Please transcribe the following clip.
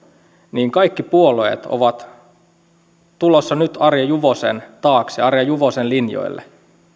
niin kaikki puolueet ovat tulossa nyt arja juvosen taakse arja juvosen linjoille